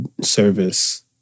service